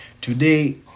Today